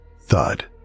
thud